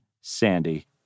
Sandy